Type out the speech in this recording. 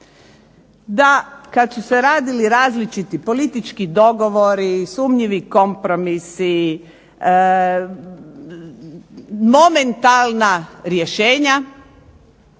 da kad su se radili različiti politički dogovori, sumnjivi kompromisi, momentalna rješenja